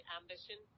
ambition